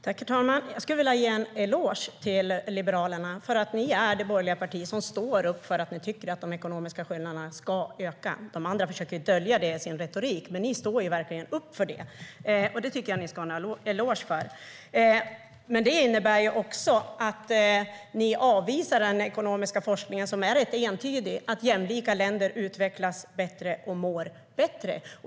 Herr talman! Jag skulle vilja ge en eloge till Liberalerna, eftersom ni är det borgerliga parti som står upp för att ni tycker att de ekonomiska skillnaderna ska öka. De andra försöker dölja det i sin retorik, men ni står verkligen upp för det. Det tycker jag att ni ska ha en eloge för. Men det innebär också att ni avvisar den ekonomiska forskningen, som är rätt entydig: Jämlika länder utvecklas bättre och mår bättre.